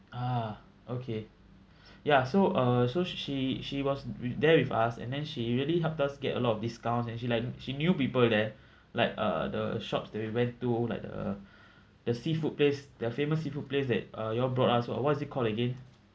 ah okay ya so uh so she she was with there with us and then she really helped us get a lot of discounts and she like she knew people there like uh the shops that we went to like the the seafood place their famous seafood place that uh you all brought us what what's it called again